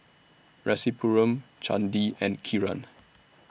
Rasipuram Chandi and Kiran